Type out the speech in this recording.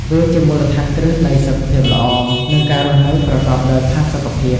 វាជាមូលដ្ឋានគ្រឹះនៃសុខភាពល្អ និងការរស់នៅប្រកបដោយផាសុខភាព។